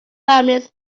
families